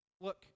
look